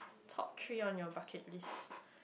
top three on your bucket list